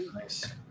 Nice